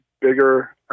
bigger